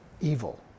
evil